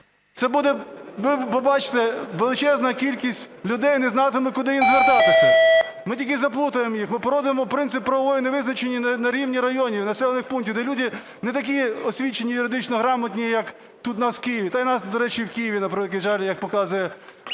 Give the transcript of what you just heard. Це буде, ви побачите, величезна кількість людей не знатимуть, куди їм звертатися. Ми тільки заплутаємо їх, ми породимо принцип правової невизначеності на рівні районів і населених пунктів, де люди не такі освічені і юридично грамотні, як тут у нас, в Києві. Та і у нас, до речі, в Києві, на превеликий жаль, як показує,